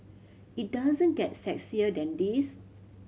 it doesn't get sexier than this